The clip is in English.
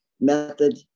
method